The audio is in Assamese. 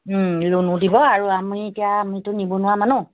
ও লোনো দিব আৰু আমি এতিয়া আমিতো নিবনুৱা মানুহ